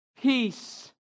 Peace